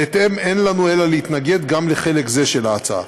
בהתאם, אין לנו אלא להתנגד גם לחלק זה של ההצעה.